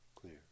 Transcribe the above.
clear